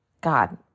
God